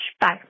Bye